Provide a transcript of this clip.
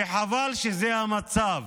וחבל שזה המצב.